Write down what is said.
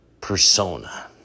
persona